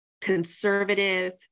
conservative